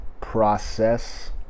process